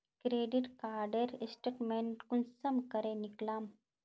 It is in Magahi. क्रेडिट कार्डेर स्टेटमेंट कुंसम करे निकलाम?